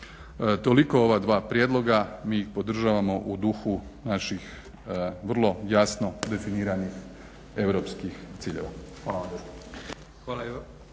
Toliko o ova dva prijedloga. Mi ih podržavamo u duhu naših vrlo jasno definiranih europskih ciljeva.